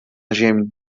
ziemi